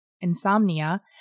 insomnia